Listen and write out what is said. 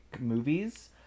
movies